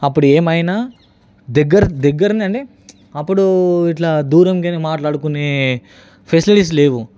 అప్పుడు ఏమైనా దగ్గర దగ్గరననే అప్పుడు ఇట్లా దూరంగానే మాట్లాడుకొనే ఫెసిలిటీస్ లేవు